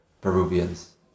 Peruvians